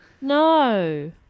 No